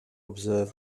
observe